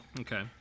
Okay